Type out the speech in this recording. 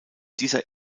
dieser